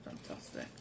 Fantastic